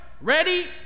Ready